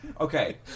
okay